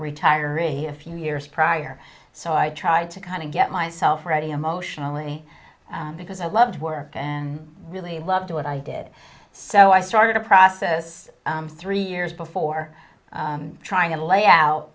retiree a few years prior so i tried to kind of get myself ready emotionally because i loved work and really loved what i did so i started a process three years before trying to lay out